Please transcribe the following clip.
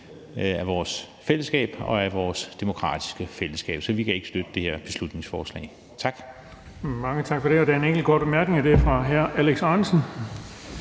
at være en vigtig del af vores demokratiske fællesskab. Så vi kan ikke støtte det her beslutningsforslag. Tak.